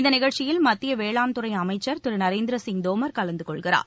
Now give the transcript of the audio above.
இந்த நிகழ்ச்சியில் மத்திய வேளாண் துறை அமைச்சர் திருநரேந்திர சிங் தோமர் கலந்துகொள்கிறார்